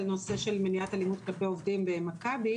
על נושא של מניעת אלימות כלפי עובדים במכבי